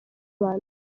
rwanda